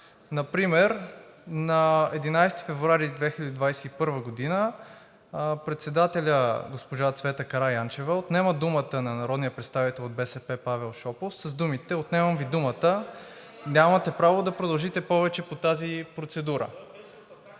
Например на 11 февруари 2021 г. председателят госпожа Цвета Караянчева отнема думата на народния представител от БСП Павел Шопов (шум и реплики от ГЕРБ-СДС) с думите: „Отнемам Ви думата. Нямате право да продължите повече по тази процедура.“